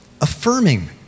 Affirming